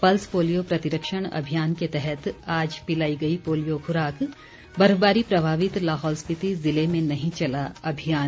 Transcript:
pulse polio प्रतिरक्षण अभियान के तहत आज पिलाई गई पोलियो खुराक बर्फबारी प्रभावित लाहौल स्पीति ज़िले में नहीं चला अभियान